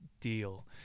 deal